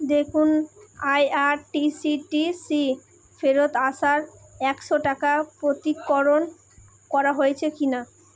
দেখুন আইআরটিসিটিসি ফেরত আসার একশো টাকা প্রতিকরণ করা হয়েছে কি না